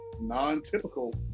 non-typical